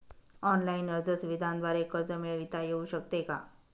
Online अर्ज सुविधांद्वारे कर्ज मिळविता येऊ शकते का?